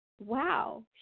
wow